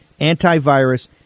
antivirus